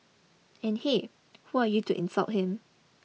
and hey who are you to insult him